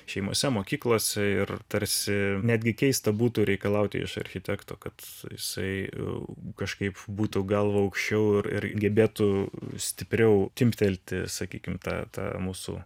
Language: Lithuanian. šeimose mokyklose ir tarsi netgi keista būtų reikalauti iš architekto kad jisai kažkaip būtų galva aukščiau ir gebėtų stipriau timptelt sakykim tą tą mūsų